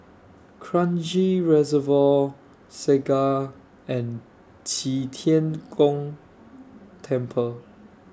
Kranji Reservoir Segar and Qi Tian Gong Temple